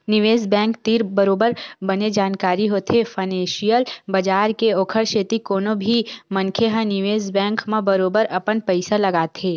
निवेस बेंक तीर बरोबर बने जानकारी होथे फानेंसियल बजार के ओखर सेती कोनो भी मनखे ह निवेस बेंक म बरोबर अपन पइसा लगाथे